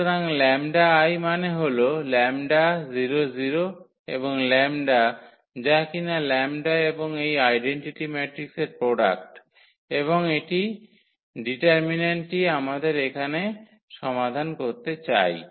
সুতরাং λI মানে হল λ 0 0 এবং λ যা কিনা λ এবং এই আইডেন্টিটি ম্যাট্রিক্সের প্রোডাক্ট এবং এটি ডিটারমিন্যান্টটি আমরা এখানে সমাধান করতে চাই